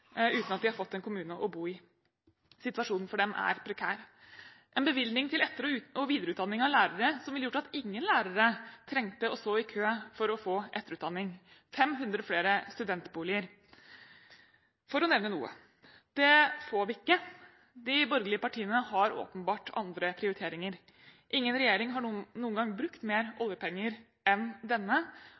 uten at de har fått en kommune å bo i. Situasjonen for dem er prekær. Dessuten: En bevilgning til etter- og videreutdanning av lærere, som hadde gjort at ingen lærere trengte å stå i kø for å få etterutdanning og 500 flere studentboliger – for å nevne noe. Det får vi ikke. De borgerlige partiene har åpenbart andre prioriteringer. Ingen regjering har noen gang brukt mer oljepenger enn denne.